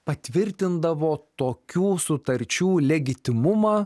patvirtindavo tokių sutarčių legitimumą